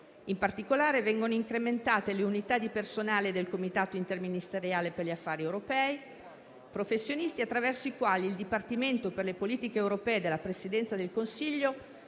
In particolare, vengono incrementate le unità di personale del Comitato interministeriale per gli affari europei, professionisti attraverso i quali il dipartimento per le politiche europee della Presidenza del Consiglio